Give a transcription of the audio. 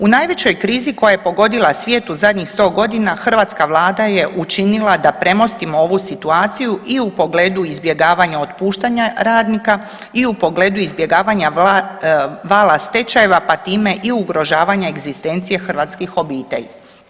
U najvećoj krizi koja je pogodila svije tu zadnjih sto godina hrvatska Vlada je učinila da premostimo ovu situaciju i u pogledu izbjegavanja otpuštanja radnika i u pogledu izbjegavanja vala stečajeva pa time i ugrožavanja egzistencije hrvatskih obitelji.